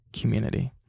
community